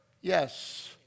Yes